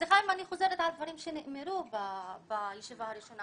סליחה אם אני חוזרת על דברים שנאמרו בישיבה הראשונה.